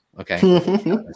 Okay